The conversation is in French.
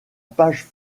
page